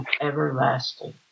everlasting